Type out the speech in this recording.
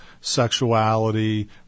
sexuality